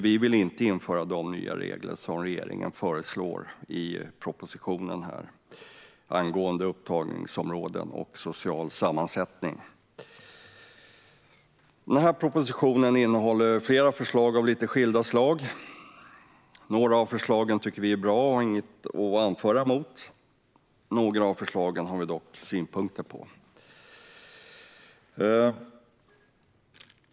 Vi vill inte införa de nya regler som regeringen föreslår i propositionen angående upptagningsområden och social sammansättning. Propositionen innehåller flera förslag av lite skilda slag. Några av förslagen tycker vi är bra, och dem har vi inget att anföra emot. Andra förslag har vi dock synpunkter på.